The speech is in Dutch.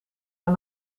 aan